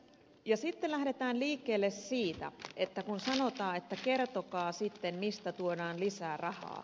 ja sitten lähdetään liikkeelle siitä kun sanotaan että kertokaa sitten mistä tuodaan lisää rahaa